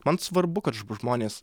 man svarbu kad žmonės